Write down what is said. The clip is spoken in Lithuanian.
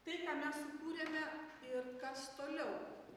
tai ką mes sukūrėme ir kas toliau